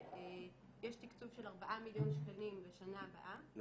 יש תקצוב של 4 מיליון שקלים לשנה הבאה,